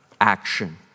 action